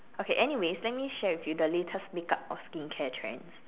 okay anyway let me share with you the latest makeup or skincare trend